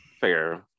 Fair